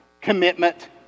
commitment